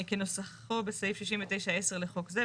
כנוסחו בסעיף 69(10) לחוק זה,